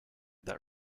that